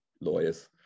lawyers